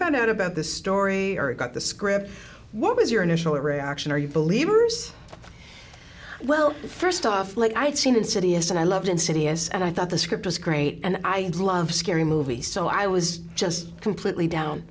found out about this story or got the script what was your initial reaction are you believe worse well first off like i had seen insidious and i loved insidious and i thought the script was great and i love scary movies so i was just completely down